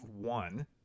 one